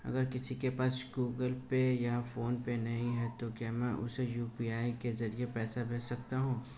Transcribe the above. अगर किसी के पास गूगल पे या फोनपे नहीं है तो क्या मैं उसे यू.पी.आई के ज़रिए पैसे भेज सकता हूं?